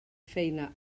feina